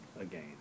again